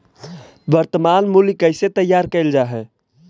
वर्तनमान मूल्य कइसे तैयार कैल जा हइ?